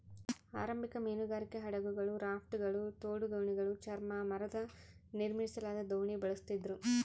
ಆರಂಭಿಕ ಮೀನುಗಾರಿಕೆ ಹಡಗುಗಳು ರಾಫ್ಟ್ಗಳು ತೋಡು ದೋಣಿಗಳು ಚರ್ಮ ಮರದ ನಿರ್ಮಿಸಲಾದ ದೋಣಿ ಬಳಸ್ತಿದ್ರು